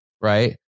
right